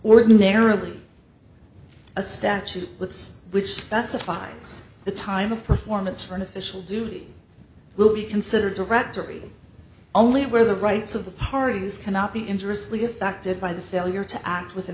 ordinarily a statute with which specifies the time of performance for an official duty will be considered directory only where the rights of the parties cannot be interesting effected by the failure to act within